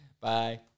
Bye